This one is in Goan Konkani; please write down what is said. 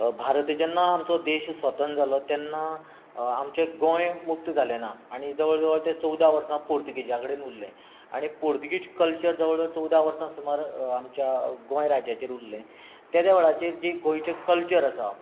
भारत जेन्ना आमचो देश स्वतंत्र जालो तेन्ना आमचें गोंय मुक्त जालें ना आनी जवळ जवळ ते चोवदा वर्सां तें पुर्तूगीजां कडेन उरलें आनी पुर्तूगीज कल्चर जवळ जवळ चोवदा वर्सां सुमार आमच्या गोंय राज्याचेर उरलें तेदे वेळाचेर जी गोंयचें कल्चर आसा